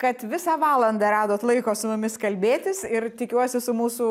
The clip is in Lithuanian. kad visą valandą radot laiko su mumis kalbėtis ir tikiuosi su mūsų